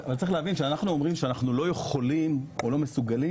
כשאנחנו אומרים שאנחנו לא יכולים או לא מסוגלים,